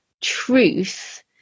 truth